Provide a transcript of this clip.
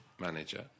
manager